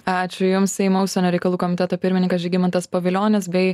ačiū jums seimo užsienio reikalų komiteto pirmininkas žygimantas pavilionis bei